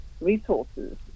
resources